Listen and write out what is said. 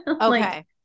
okay